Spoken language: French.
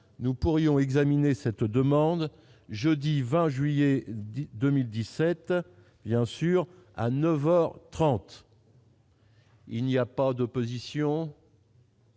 nous pourrions examiner cette demande jeudi 20 juillet 2017 il y a un sur à 9 heures 30. Il n'y a pas d'opposition.